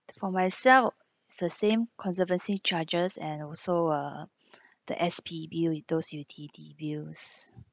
for myself the same conservancy charges and also uh the S_P bills with those U_T_T bills